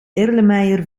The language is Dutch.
erlenmeyer